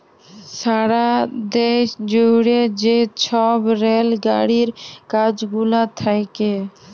সারা দ্যাশ জুইড়ে যে ছব রেল গাড়ির কাজ গুলা থ্যাকে